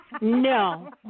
No